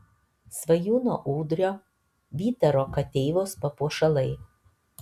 svajūno udrio vytaro kateivos papuošalai